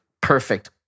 perfect